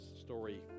story